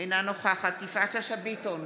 אינה נוכחת יפעת שאשא ביטון,